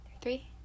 Three